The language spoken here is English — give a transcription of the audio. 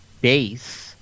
base